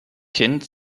kind